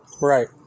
Right